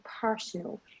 personal